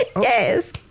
Yes